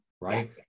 Right